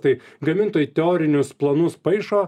tai gamintojai teorinius planus paišo